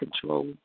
control